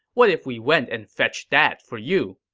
what if we went and fetched that for you?